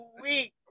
weak